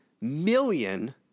million